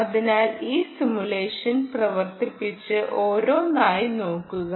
അതിനാൽ ഈ സിമുലേഷൻ പ്രവർത്തിപ്പിച്ച് ഓരോന്നായി നോക്കുക